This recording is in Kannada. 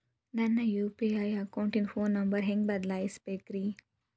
ನನ್ನ ಯು.ಪಿ.ಐ ಅಕೌಂಟಿನ ಫೋನ್ ನಂಬರ್ ಹೆಂಗ್ ಬದಲಾಯಿಸ ಬೇಕ್ರಿ?